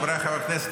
חבריי חברי הכנסת,